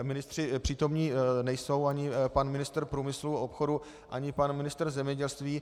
Ministři přítomní nejsou, ani pan ministr průmyslu a obchodu ani pan ministr zemědělství.